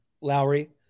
Lowry